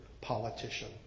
politician